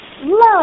love